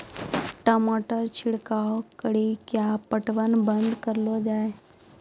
टमाटर छिड़काव कड़ी क्या पटवन बंद करऽ लो जाए?